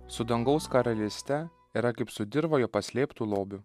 su dangaus karalyste yra kaip su dirvoje paslėptu lobiu